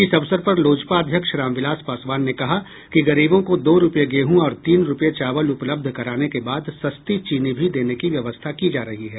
इस अवसर पर लोजपा अध्यक्ष रामविलास पासवान ने कहा कि गरीबों को दो रूपये गेहूँ और तीन रूपये चावल उपलब्ध कराने के बाद सस्ती चीनी भी देने की व्यवस्था की जा रही है